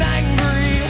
angry